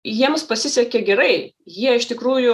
jiems pasisekė gerai jie iš tikrųjų